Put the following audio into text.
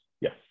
yes